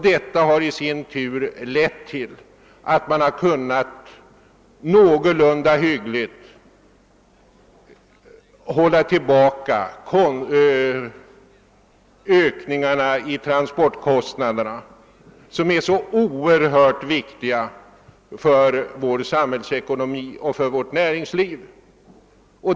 Detta har i sin tur lett till att man har kunnat någorlunda hyggligt hålla tillbaka ökningarna av transportkostnaderna, vilket är av oerhörd vikt för vår samhällsekonomi och för vårt näringsliv.